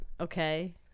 okay